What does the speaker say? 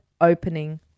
opening